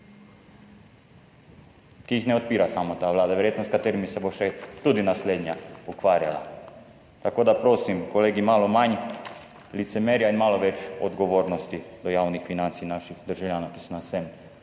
ki jih ne odpira samo ta vlada, z njimi se bo verjetno še tudi naslednja ukvarjala. Tako da, prosim, kolegi, malo manj licemerja in malo več odgovornosti do javnih financ in naših državljanov, ki so nas sem